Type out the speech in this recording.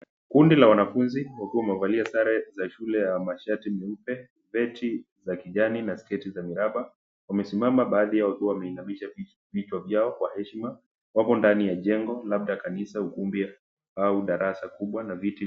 Kundi la wanafunzi wakiwa wamevalia sare za shule za mashati meupe, begi za kijani na sketi za miraba wamesimama baadhi wakiwa ameinamisha vichwa vyao kwa heshima. Wako 'ndani ya jengo labda kanisa, ukumbi au darasa kubwa na viti